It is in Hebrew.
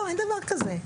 לא, אין דבר כזה.